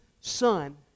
Son